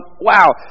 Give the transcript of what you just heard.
Wow